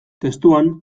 testuan